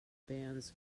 bands